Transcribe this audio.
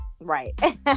Right